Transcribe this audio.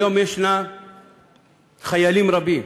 היום יש חיילים רבים,